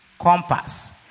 compass